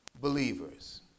believers